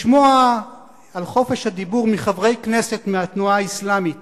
לשמוע על חופש הדיבור מחברי כנסת מהתנועה האסלאמית